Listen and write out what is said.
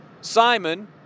Simon